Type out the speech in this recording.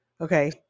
okay